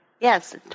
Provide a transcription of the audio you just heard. Yes